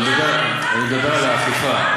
אני מדבר על האכיפה.